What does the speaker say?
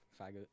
faggot